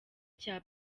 cya